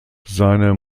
seine